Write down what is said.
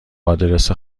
آدرس